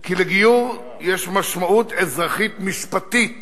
כי לגיור יש משמעות אזרחית משפטית